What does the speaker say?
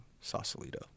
Sausalito